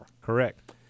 Correct